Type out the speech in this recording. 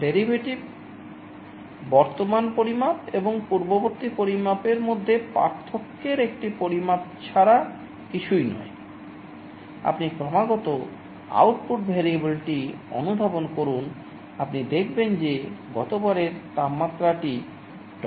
derivative না হয়